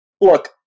look